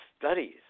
studies